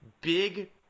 big